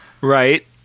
Right